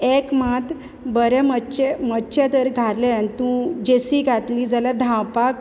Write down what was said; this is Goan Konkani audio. एक मात बरे मोच्चे मोच्चे तर घाले आन तूं जेस्सी घातली जाल्या धावपाक